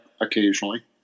occasionally